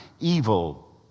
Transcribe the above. evil